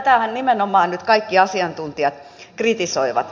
tätähän nimenomaan nyt kaikki asiantuntijat kritisoivat